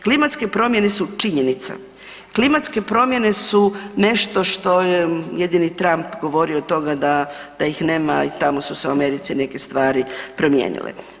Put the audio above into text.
Klimatske promjene su činjenica, klimatske promjene su nešto što je jedini Trump govorio to da ih nema i tamo su se u Americi neke stvari promijenile.